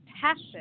passion